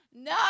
No